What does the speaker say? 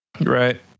Right